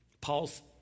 Paul's